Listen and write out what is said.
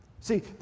See